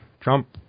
Trump